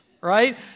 right